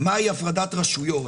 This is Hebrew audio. מהי הפרדת רשויות